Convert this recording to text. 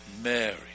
Mary